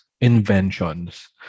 inventions